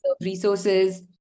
resources